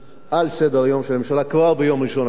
סדר-היום של הממשלה כבר ביום ראשון הקרוב.